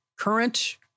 current